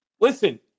Listen